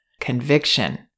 Conviction